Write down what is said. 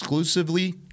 Exclusively